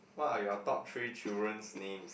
what are your top three children's names